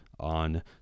on